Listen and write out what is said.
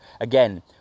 Again